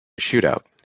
shootout